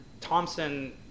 Thompson